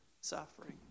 suffering